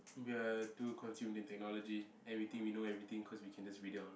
we are too consumed in technology and we think we know everything cause we can just read it on our phone